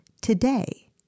today